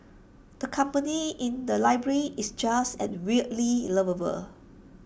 the company in the library is just as weirdly lovable